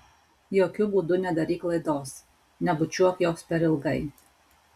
jokiu būdu nedaryk klaidos nebučiuok jos per ilgai